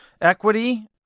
Equity